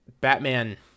Batman